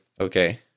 okay